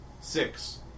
Six